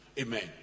Amen